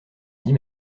dix